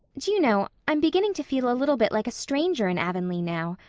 do you know, i'm beginning to feel a little bit like a stranger in avonlea now?